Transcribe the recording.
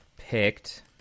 picked